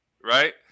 right